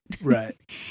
Right